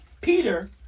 Peter